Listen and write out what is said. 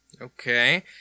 Okay